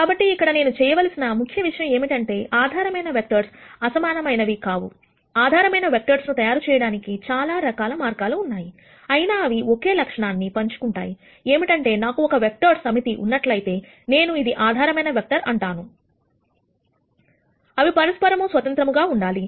కాబట్టి ఇక్కడ నేను చేయవలసిన ముఖ్య విషయం ఏమిటంటే ఆధారమైన వెక్టర్స్ అసమానమైనవి కావు ఆధారమైన వెక్టర్స్ ను తయారుచేయడానికి చాలా రకాల మార్గాలు ఉన్నాయి అయినా అవి ఓకే లక్షణాన్ని పంచుకుంటాయి ఏమిటంటే నాకు ఒక వెక్టర్స్ సమితి ఉన్నట్లయితే నేను ఇది ఆధారమైన వెక్టర్ అంటాను అవి పరస్పరము స్వతంత్రము గా ఉండాలి